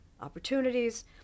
opportunities